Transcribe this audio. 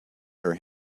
her